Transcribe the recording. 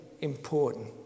important